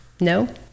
no